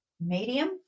Medium